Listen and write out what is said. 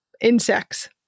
insects